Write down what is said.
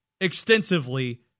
extensively